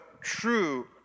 true